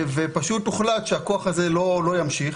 הוחלט שהכוח הזה לא ימשיך.